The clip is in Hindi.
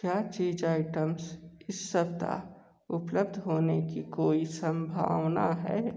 क्या चीज़ आइटम्स इस सप्ताह उपलब्ध होने की कोई संभावना है